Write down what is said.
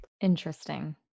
Interesting